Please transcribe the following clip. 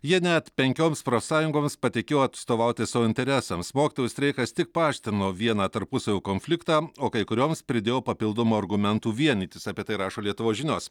jie net penkioms profsąjungoms patikėjo atstovauti savo interesams mokytojų streikas tik paaštrino vieną tarpusavio konfliktą o kai kurioms pridėjo papildomų argumentų vienytis apie tai rašo lietuvos žinios